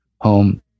home